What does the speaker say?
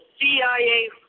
CIA